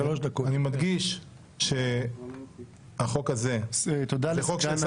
אני מדגיש שהחוק הזה זה חוק של שר